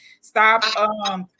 stop